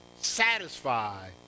satisfy